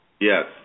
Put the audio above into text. Yes